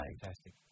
Fantastic